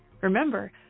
Remember